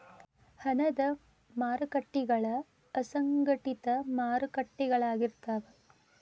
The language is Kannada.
ಹಣದ ಮಾರಕಟ್ಟಿಗಳ ಅಸಂಘಟಿತ ಮಾರಕಟ್ಟಿಗಳಾಗಿರ್ತಾವ